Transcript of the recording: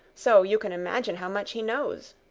so you can imagine how much he knows.